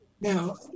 Now